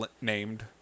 named